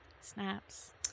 Snaps